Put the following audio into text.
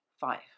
Five